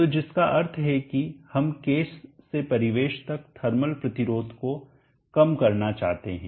तो जिसका अर्थ है कि हम केस से परिवेश तक थर्मल प्रतिरोध को कम करना चाहते हैं